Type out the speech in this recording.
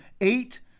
eight